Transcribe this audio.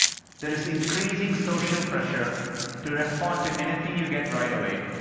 there is increasing social pressure to respond to anything you get right away.